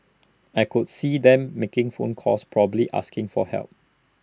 I could see them making phone calls probably asking for help